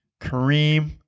Kareem